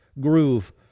groove